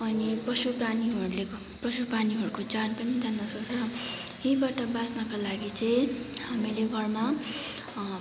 अनि पशु प्राणीहरूले पशु प्राणीहरूको ज्यान पनि जान सक्छ र यीबाट बच्नका लागि चाहिँ हामीले घरमा